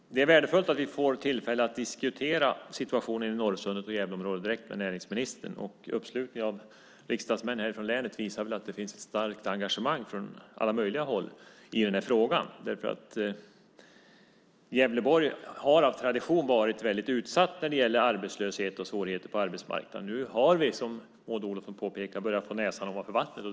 Fru talman! Det är värdefullt att vi får tillfälle att diskutera situationen i Norrsundet och Gävleområdet direkt med näringsministern. Uppslutningen av riksdagsmän från länet visar att det finns ett starkt engagemang i frågan från alla möjliga håll. Gävleborg har av tradition varit mycket utsatt när det gäller arbetslöshet och svårigheter på arbetsmarknaden. Nu har vi, som Maud Olofsson påpekade, börjat få näsan över vattnet.